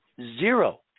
zero